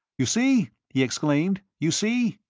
you see! he exclaimed, you see!